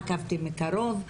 עקבתי מקרוב.